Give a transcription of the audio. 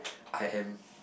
I am